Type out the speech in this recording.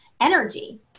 energy